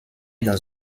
dans